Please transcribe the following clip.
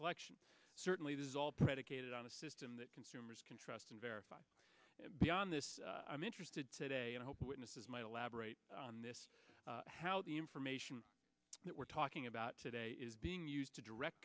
collection certainly does all predicated on a system that consumers can trust and verify beyond this i'm interested today and hope witnesses might elaborate on this how the information that we're talking about today is being used to direct